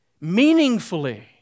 meaningfully